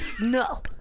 no